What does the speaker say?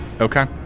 Okay